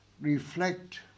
reflect